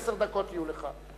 עשר דקות יהיו לך,